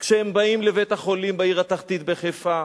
כשהם באים לבית-החולים בעיר התחתית בחיפה,